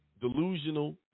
delusional